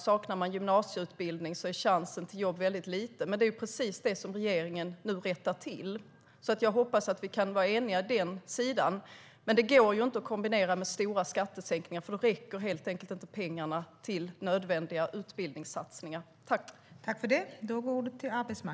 Saknar man gymnasieutbildning är chansen till jobb väldigt liten. Men det är precis det som regeringen nu rättar till. Jag hoppas att vi kan vara eniga i den delen. Men det går inte att kombinera med stora skattesänkningar, för då räcker helt enkelt inte pengarna till nödvändiga utbildningssatsningar.